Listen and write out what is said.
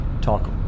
Talk